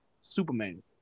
Superman